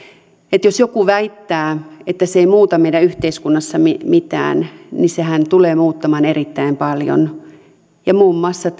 että jos joku väittää että se ei muuta meidän yhteiskunnassamme mitään niin sehän tulee muuttamaan erittäin paljon ja muun muassa